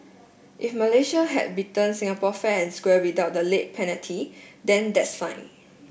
if Malaysia had beaten Singapore fair and square without the late penalty then that's fine